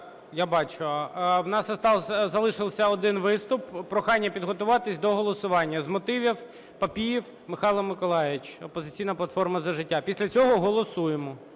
Я бачу. У нас залишився один виступ. Прохання підготуватися до голосування. З мотивів Папієв Михайло Миколайович, "Опозиційна платформа – За життя". Після цього голосуємо.